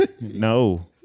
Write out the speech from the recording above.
No